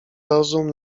rozum